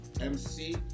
MC